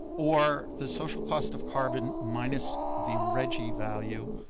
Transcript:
or the social cost of carbon minus the reggie value